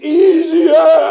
easier